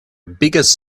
biggest